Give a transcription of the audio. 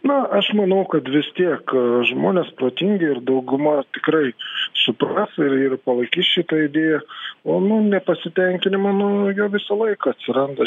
na aš manau kad vis tiek žmonės protingi ir dauguma tikrai supras ir ir palaikys šitą idėją o mum nepasitenkinimo nu jo visą laiką atsiranda